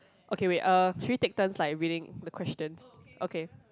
okay wait uh should we take turns like reading the questions okay